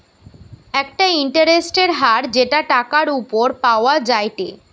একটা ইন্টারেস্টের হার যেটা টাকার উপর পাওয়া যায়টে